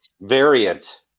Variant